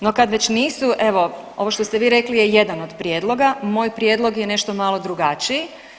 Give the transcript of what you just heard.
No kad već nisu, evo ovo što ste vi rekli je jedan od prijedloga, moj prijedlog je nešto malo drugačiji.